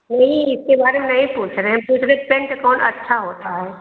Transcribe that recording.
नहीं इसके बारे में नहीं पूछ रहे हम पूछ रहे कि पेंट कौन अच्छा होता है